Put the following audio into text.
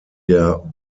der